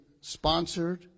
sponsored